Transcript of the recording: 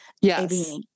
yes